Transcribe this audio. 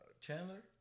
Chandler